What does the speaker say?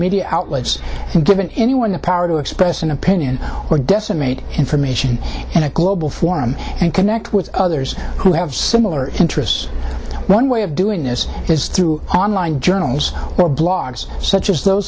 media outlets and given anyone the power to express an opinion or decimate information in a global forum and connect with others who have similar interests one way of doing this is through online journals or blogs such as tho